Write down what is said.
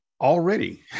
already